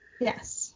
Yes